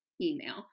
email